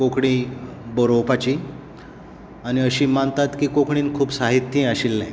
कोंकणी बरोवपाची आनी अशें मानतात की कोंकणीन खूब साहित्य आशिल्ले